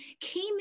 came